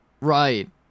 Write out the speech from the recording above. Right